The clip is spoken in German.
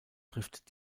trifft